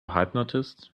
hypnotist